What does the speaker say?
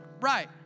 Right